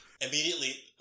Immediately